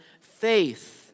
faith